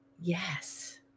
yes